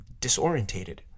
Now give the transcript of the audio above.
disorientated